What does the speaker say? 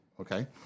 Okay